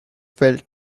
felt